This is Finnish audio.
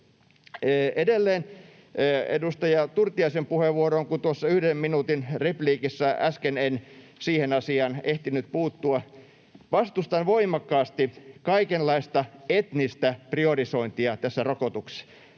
Edelleen edustaja Turtiaisen puheenvuoroon, kun tuossa yhden minuutin repliikissä äsken en siihen asiaan ehtinyt puuttua: Vastustan voimakkaasti kaikenlaista etnistä priorisointia näissä rokotuksissa.